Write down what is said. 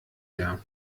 her